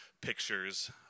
pictures